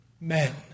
men